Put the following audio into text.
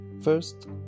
First